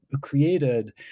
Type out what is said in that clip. created